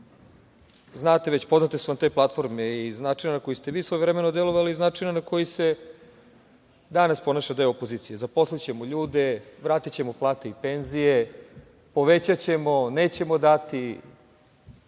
znate već, poznate su vam te platforme iz načina na koji ste vi svojevremeno delovali, i iz načina na koji se danas ponaša deo opozicije - zaposlićemo ljude, vratićemo plate i penzije, povećaćemo, nećemo dati.